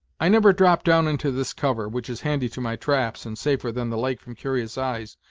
i never drop down into this cover, which is handy to my traps, and safer than the lake from curious eyes,